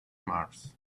mars